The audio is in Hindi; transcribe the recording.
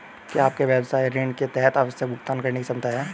क्या आपके व्यवसाय में ऋण के तहत आवश्यक भुगतान करने की क्षमता है?